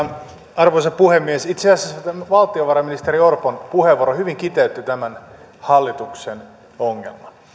arvoisa puhemies itse asiassa valtiovarainministeri orpon puheenvuoro hyvin kiteytti tämän hallituksen ongelman